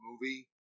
movie